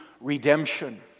redemption